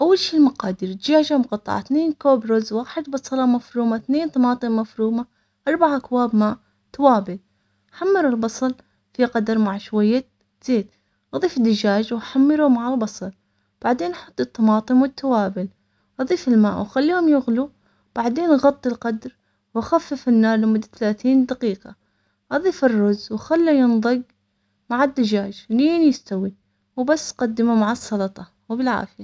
أول شي المقادير الدجاجة مقطعة، اتنين كوب رز واحد، بصلة مفرومة، إثنين طماطم مفرومة، أربع أكواب ماء طوابة، حمروا البصل في قدر مع شوية زيت أضيف دجاج وحمره مع البصل بعدين حط الطماطم والتوابل وأضيف الماء وخليهم يغلوا بعدين غطي القدر وخفف النار لمدة ثلاثين دقيقة. أضف الرز وخلي.